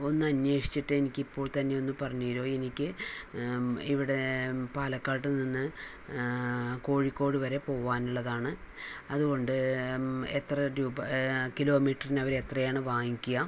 ഒന്ന് അന്വേഷിച്ചിട്ട് എനിക്ക് ഇപ്പോൾ തന്നെ ഒന്ന് പറഞ്ഞു തരുമോ എനിക്ക് ഇവിടെ പാലക്കാട് നിന്ന് കോഴിക്കോട് വരെ പോകുവാനുള്ളതാണ് അതുകൊണ്ട് എത്ര രൂപ കിലോമീറ്ററിന് അവർ എത്രയാണ് വാങ്ങിക്കുക